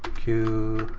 q,